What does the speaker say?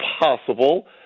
possible